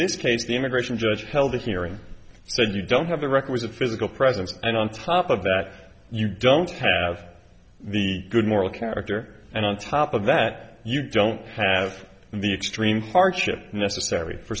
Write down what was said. this case the immigration judge held a hearing so you don't have the requisite physical presence and on top of that you don't have the good moral character and on top of that you don't have the extreme hardship necessary for